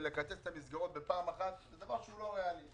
לקצץ את המסגרות בבת אחת זה דבר לא ריאלי.